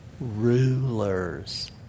rulers